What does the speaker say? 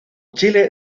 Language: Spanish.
chile